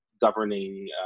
governing